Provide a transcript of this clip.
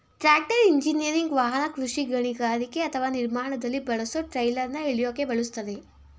tractor engineering ವಾಹನ ಕೃಷಿ ಗಣಿಗಾರಿಕೆ ಅಥವಾ ನಿರ್ಮಾಣದಲ್ಲಿ ಬಳಸೊ ಟ್ರೈಲರ್ನ ಎಳ್ಯೋಕೆ ಬಳುಸ್ತರೆ